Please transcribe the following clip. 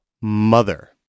mother